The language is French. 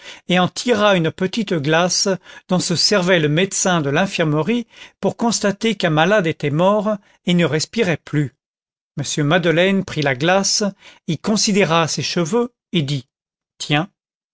et en tira une petite glace dont se servait le médecin de l'infirmerie pour constater qu'un malade était mort et ne respirait plus m madeleine prit la glace y considéra ses cheveux et dit tiens